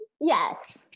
Yes